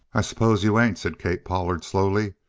i suppose you ain't, said kate pollard slowly.